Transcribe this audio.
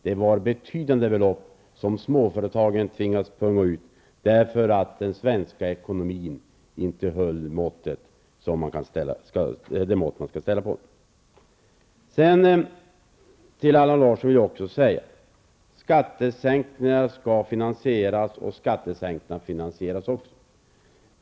Det var betydande belopp som småföretagen tvingades punga ut med därför att den svenska ekonomin inte höll det mått som man kan ställa anspråk på att den bör hålla. Till Allan Larsson vill jag också säga: Skattesänkningar skall finansieras och skattesänkningar finansieras också.